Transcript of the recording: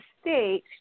state